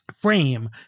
frame